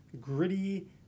gritty